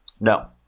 No